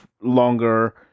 longer